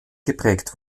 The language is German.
geprägt